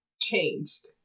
changed